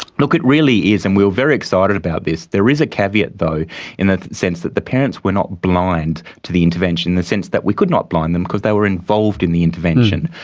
look, it really is, and we were very excited about this. there is a caveat though in the sense that the parents were not blind to the intervention in the sense that we could not blind them because they were involved in the intervention,